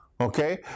Okay